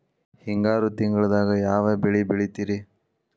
ಹಿಂಗಾರು ತಿಂಗಳದಾಗ ಯಾವ ಬೆಳೆ ಬೆಳಿತಿರಿ?